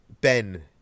ben